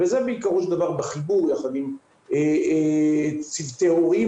זה בעיקרו של דבר בחיבור יחד עם צוותי הורים